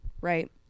Right